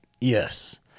Yes